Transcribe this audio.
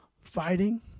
fighting